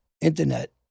internet